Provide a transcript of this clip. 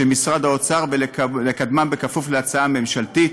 של משרד האוצר ולקדמה בכפוף להצעה הממשלתית.